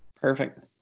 Perfect